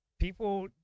People